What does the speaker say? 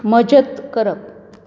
मजत करप